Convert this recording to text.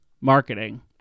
marketing